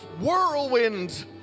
whirlwind